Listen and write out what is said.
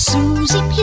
Susie